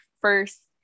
first